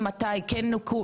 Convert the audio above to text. איך הסיפור הזה?